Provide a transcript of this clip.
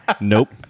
Nope